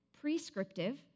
Prescriptive